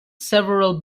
several